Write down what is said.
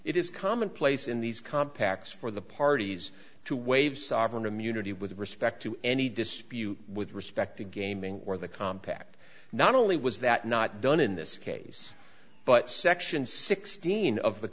it is commonplace in these compacts for the parties to waive sovereign immunity with respect to any dispute with respect to gaming or the compact not only was that not done in this case but section sixteen of the